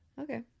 Okay